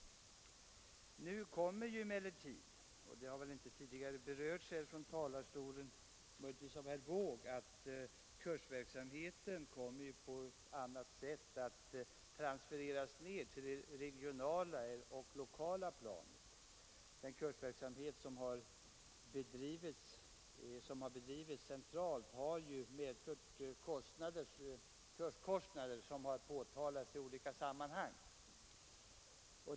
Nu kommer emellertid, vilket väl inte tidigare har berörts från denna talarstol annat än möjligen av herr Wååg, kursverksamheten mer än förut att transfereras ned till det regionala och lokala planet. Den kursverksamhet som har bedrivits centralt har ju medfört höga kurskostnader, som har påtalats i olika sammanhang.